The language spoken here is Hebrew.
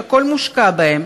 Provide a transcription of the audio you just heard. שהכול מושקע בהם,